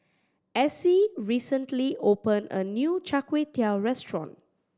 Essie recently opened a new Char Kway Teow restaurant